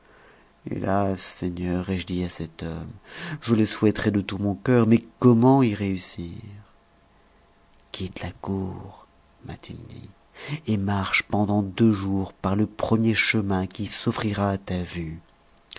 hélas seigneur ai-je dit à cet homme je le souhaiterais de tout mon cœur mais comment y réussir quitte la cour m'a-t-il dit et marche pendant deux jours par le premier chemin qui s'offrira à ta vue